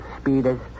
speeders